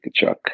Kachuk